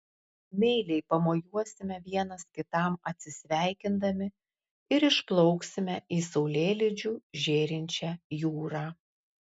meiliai pamojuosime vienas kitam atsisveikindami ir išplauksime į saulėlydžiu žėrinčią jūrą